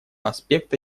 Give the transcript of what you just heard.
аспекта